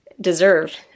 deserve